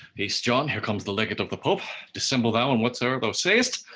peace john, here comes the legate of the pope dissemble thou, and whatsoe'er thou say'st,